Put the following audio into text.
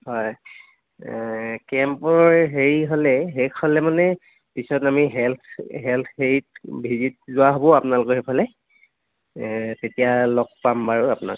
হয় কেম্পৰ হেৰি হ'লে শেষ হ'লেই মানেই পিছত আমি হেলথ হেলথ হেৰিত ভিজিত যোৱা হ'ব আপোনালোকৰ সেইফালে এই তেতিয়া লগ পাম বাৰু আপোনাক